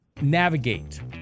navigate